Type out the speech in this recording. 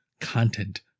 content